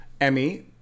emmy